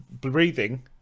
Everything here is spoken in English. breathing